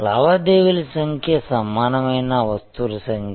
లావాదేవీల సంఖ్య సమానమైన వస్తువుల సంఖ్య